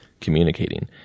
communicating